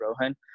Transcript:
Rohan